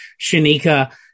Shanika